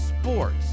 sports